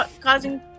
causing